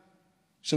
אלמנה,